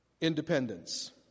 Independence